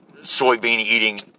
soybean-eating